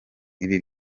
ibi